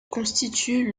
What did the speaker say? constitue